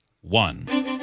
one